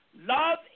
love